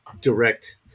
direct